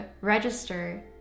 register